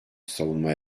savunma